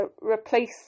replace